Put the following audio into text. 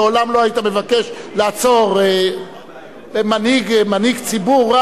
לעולם לא היית מבקש לעצור מנהיג ציבור,